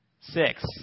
six